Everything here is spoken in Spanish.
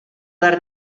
dar